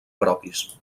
propis